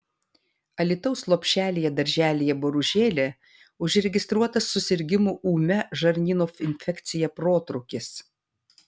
alytaus lopšelyje darželyje boružėlė užregistruotas susirgimų ūmia žarnyno infekcija protrūkis